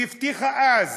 שהבטיחה אז